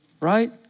Right